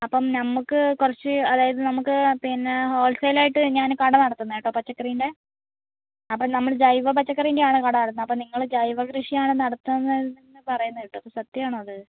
അപ്പം നമുക്ക് കുറച്ച് അതായത് നമുക്ക് പിന്നെ ഹോൾസെയിൽ ആയിട്ട് ഞാൻ കട നടത്തുന്നത് കേട്ടോ പച്ചക്കറീൻ്റെ അപ്പം നമ്മൾ ജൈവ പച്ചക്കറീൻ്റെയാണ് കട നടത്തുന്നത് അപ്പം നിങ്ങൾ ജൈവ കൃഷിയാണ് നടത്തുന്നതെന്ന് പറയുന്നത് കേട്ടു സത്യമാണോ അത്